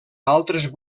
altres